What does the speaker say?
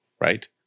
right